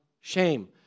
shame